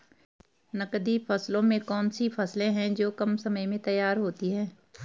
नकदी फसलों में कौन सी फसलें है जो कम समय में तैयार होती हैं?